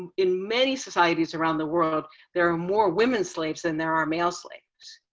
in many societies around the world there are more women slaves than there are male slaves.